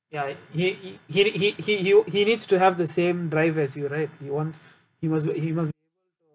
ya he he he he he he needs to have the same drive as you right you want he must he must